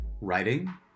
writing